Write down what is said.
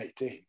18